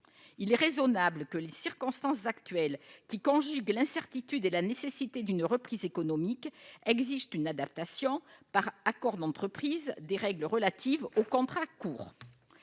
Il est raisonnable que les circonstances actuelles, qui conjuguent incertitude et nécessité d'une reprise économique, exigent une adaptation par accord d'entreprise des règles relatives aux contrats courts,